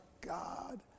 God